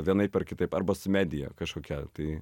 vienaip ar kitaip arba su medija kažkokia tai